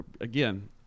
again